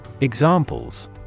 Examples